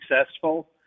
successful